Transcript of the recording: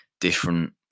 different